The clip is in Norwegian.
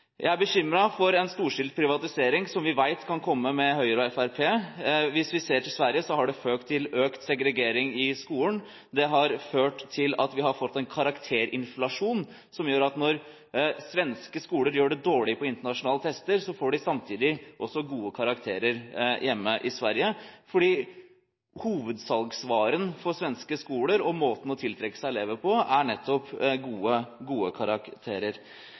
jeg er et dårlig svar. Jeg er bekymret for en storstilt privatisering, som vi vet kan komme med Høyre og Fremskrittspartiet. Hvis vi ser til Sverige, har det ført til økt segregering i skolen. Det har ført til at de har fått en karakterinflasjon. Når svenske skoler gjør det dårlig på internasjonale tester, får de samtidig gode karakterer hjemme i Sverige, fordi hovedsalgsvaren for svenske skoler og måten å tiltrekke seg elever på, er nettopp gode